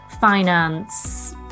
finance